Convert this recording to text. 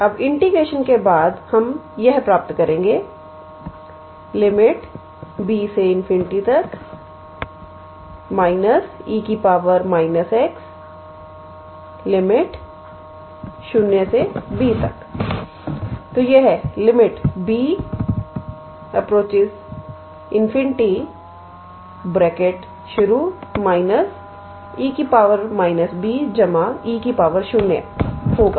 अबइंटीग्रेशन के बाद हम यह प्राप्त करेंगे B∞−𝑒 −𝑥 0𝐵 तो यह B∞ −𝑒 −𝐵 𝑒 0 होगा